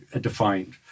defined